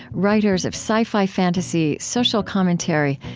writers of sci-fi fantasy, social commentary,